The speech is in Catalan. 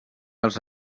els